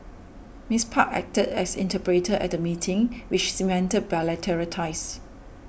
Miss Park acted as interpreter at the meeting which cemented bilateral ties